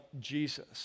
Jesus